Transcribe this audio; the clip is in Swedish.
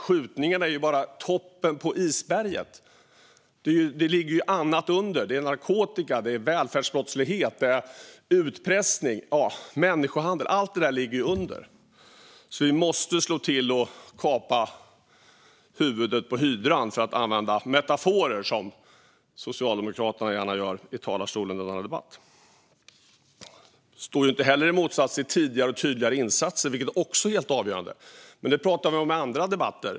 Skjutningarna är bara toppen på isberget. Det ligger annat under. Det är narkotika, välfärdsbrottslighet, utpressning och människohandel. Allt detta ligger under. Vi måste därför slå till och kapa huvudet på hydran för att använda en metafor, vilket Socialdemokraterna gärna gör i talarstolen i denna debatt. Det står inte heller i motsats till tidigare och tydligare insatser, vilket också är helt avgörande. Men det pratar vi om i andra debatter.